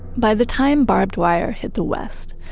by the time barbed wire hit the west,